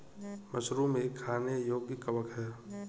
mushroom एक खाने योग्य कवक है